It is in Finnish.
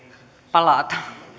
palata